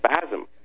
spasm